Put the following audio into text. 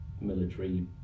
military